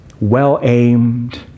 well-aimed